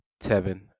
Tevin